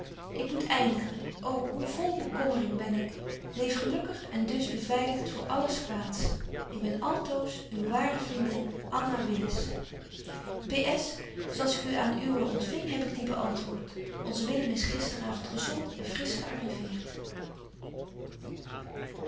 ik moet eindigen ô hoe vol bekommering ben betje wolff en aagje deken historie van mejuffrouw sara burgerhart ik leef gelukkig en dus beveiligt voor alles kwaads ik ben altoos uwe ware vriendin ps zo als ik aen uwen ontfing heb ik die beantwoort onze willem is gister avond gezont en fris gearriveert